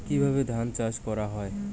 কিভাবে ধান চাষ করা হয়?